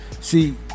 see